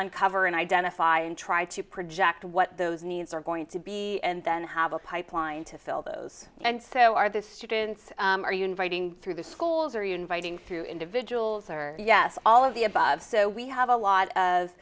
uncover and identify and try to project what those needs are going to be and then have a pipeline to fill those and so are the students are you inviting through schools are you inviting through individuals or yes all of the above so we have a lot of